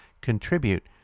contribute